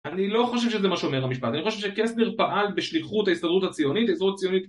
אני לא חושב שזה מה שאומר המשפט, אני חושב שקסנר פעל בשליחות ההסתדרות הציונית.